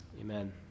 Amen